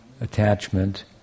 attachment